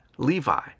Levi